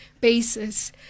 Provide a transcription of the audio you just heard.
basis